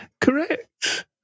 correct